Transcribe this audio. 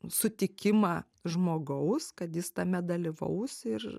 sutikimą žmogaus kad jis tame dalyvaus ir